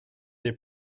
des